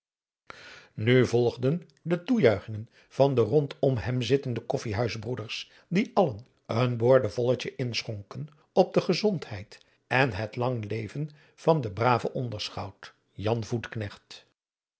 nu volgden de toejuichingen van de rondom hem zittende koffijhuisbroeders die allen een boordevolletje inschonken op de gezondheid en het lang leven van den braven onderschout